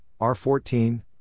R14